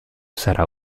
sarà